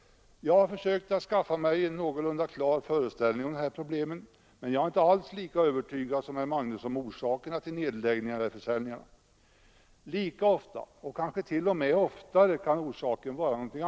Jag har försökt skapa mig en någorlunda klar föreställning om detta problem, men jag har inte alls blivit lika övertygad som herr Magnusson om att detta är orsaken till nedläggningarna eller försäljningarna. Lika ofta och kanske t.o.m. oftare kan orsaken vara något annat.